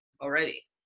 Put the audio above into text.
already